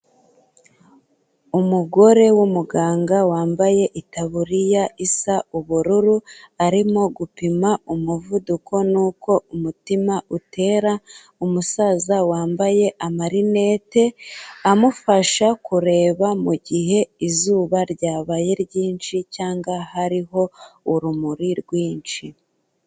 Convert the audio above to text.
Umugore w'umuganga wambaye itaburiya isa ubururu, arimo gupima umuvuduko n'uko umutima utera, umusaza wambaye amarinete amufasha kureba mu gihe izuba ryabaye ryinshi cyangwa hariho urumuri rwinshi.